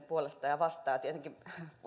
puolesta ja vastaan tietenkin